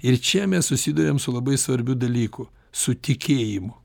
ir čia mes susiduriam su labai svarbiu dalyku su tikėjimu